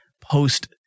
post